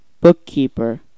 bookkeeper